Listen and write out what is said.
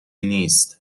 نیست